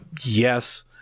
yes